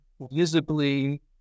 visibly